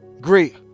great